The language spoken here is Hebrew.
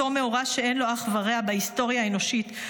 אות ומאורע שאין לו אח ורע בהיסטוריה האנושית,